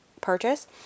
purchase